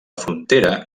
frontera